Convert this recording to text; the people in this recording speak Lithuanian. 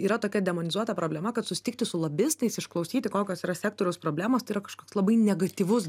yra tokia demonizuota problema kad susitikti su lobistais išklausyti kokios yra sektoriaus problemos yra kažkoks labai negatyvus